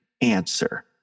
answer